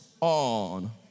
on